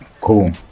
Cool